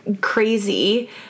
crazy